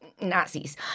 Nazis